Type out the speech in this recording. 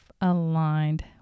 aligned